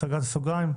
סגרתי סוגריים,